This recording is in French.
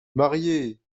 mariée